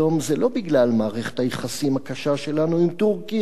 זה לא בגלל מערכת היחסים הקשה שלנו עם טורקיה,